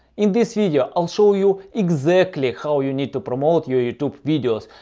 in this video, i'll show you exactly how you need to promote your youtube videos.